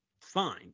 fine